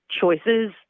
choices